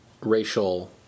racial